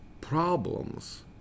problems